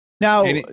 Now